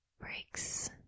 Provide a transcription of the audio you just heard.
breaks